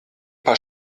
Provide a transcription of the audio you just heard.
paar